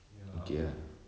ya